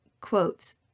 quotes